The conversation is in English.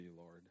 Lord